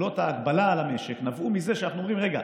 ההגבלה על המשק נבעו מזה שאנחנו אומרים: רגע,